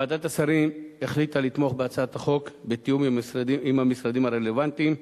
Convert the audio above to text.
ועדת השרים החליטה לתמוך בהצעת החוק בתיאום עם המשרדים הרלוונטיים.